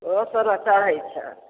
ओहो सब ने चढ़ैत छै